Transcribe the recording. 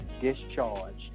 discharged